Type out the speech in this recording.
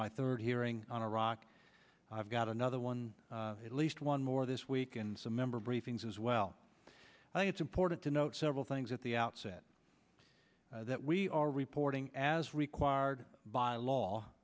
my third hearing on iraq i've got another one at least one more this week and some member briefings as well and it's important to note several things at the outset that we are reporting as required by law